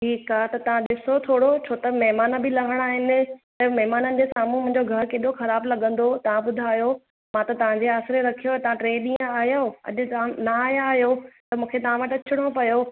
ठीकु आहे त तव्हां ॾिसो थोरो छो त महिमान बि लहणा आहिनि त महिमान जे साम्हूं मुंहिंजो घरु केॾो ख़राबु लॻंदो तव्हां ॿुधायो मां त तव्हांजे आसिरे रखियो हुयो तव्हां टे ॾींहं न आयव अॼु तव्हां न आया आहियो त मूंखे तव्हां वटि अचिणो पियो